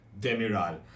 Demiral